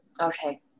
Okay